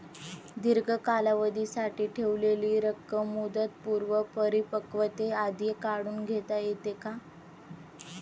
दीर्घ कालावधीसाठी ठेवलेली रक्कम मुदतपूर्व परिपक्वतेआधी काढून घेता येते का?